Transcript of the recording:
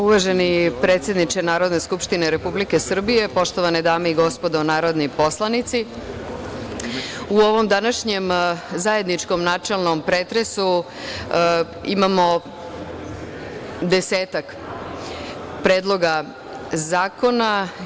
Uvaženi predsedniče Narodne skupštine Republike Srbije, poštovane dame i gospodo narodni poslanici, u ovom današnjem zajedničkom načelnom pretresu imamo desetak predloga zakona.